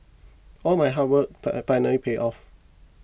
all my hard work finally paid off